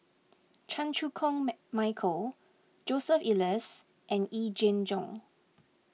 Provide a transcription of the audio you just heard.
Chan Chew Koon Michael Joseph Elias and Yee Jenn Jong